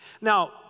Now